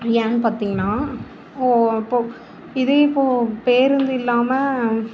ஏன்னென்னு பார்த்தீங்கன்னா இப்போது இதே இப்போது பேருந்து இல்லாமல்